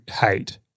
hate